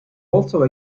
also